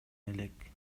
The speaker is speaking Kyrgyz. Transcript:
элек